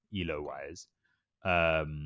ELO-wise